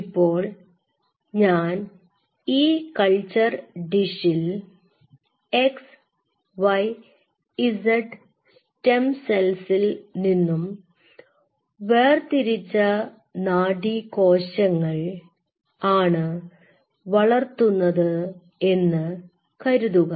ഇപ്പോൾ ഞാൻ ഈ കൾച്ചർ ഡിഷിൽ x y z സ്റ്റം സെൽസിൽ നിന്നും വേർതിരിച്ച നാഡീകോശങ്ങൾ ആണ് വളർത്തുന്നത് എന്ന് കരുതുക